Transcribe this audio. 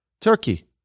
Turkey